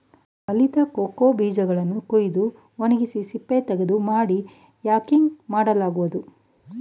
ಬಲಿತ ಕೋಕೋ ಬೀಜಗಳನ್ನು ಕುಯ್ದು ಒಣಗಿಸಿ ಸಿಪ್ಪೆತೆಗೆದು ಮಾಡಿ ಯಾಕಿಂಗ್ ಮಾಡಲಾಗುವುದು